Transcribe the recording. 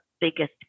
biggest